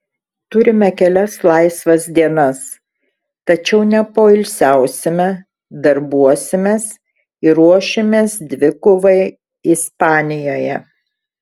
turime kelias laisvas dienas tačiau nepoilsiausime darbuosimės ir ruošimės dvikovai ispanijoje